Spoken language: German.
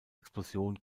explosion